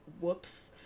Whoops